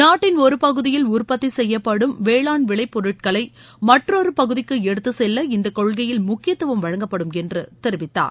நாட்டின் ஒரு பகுதியில் உற்பத்தி செய்யப்படும் வேளாண் விளை பொருட்களை மற்றொரு பகுதிக்கு எடுத்துச்செல்ல இந்த கொள்கையில் முக்கியத்துவம் வழங்கப்படும் என்று தெரிவித்தார்